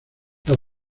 los